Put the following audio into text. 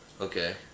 Okay